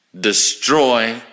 destroy